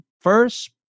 first